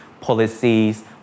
policies